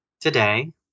Today